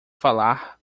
falar